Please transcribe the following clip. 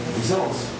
results